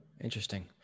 interesting